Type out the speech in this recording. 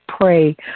pray